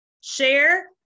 Share